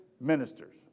ministers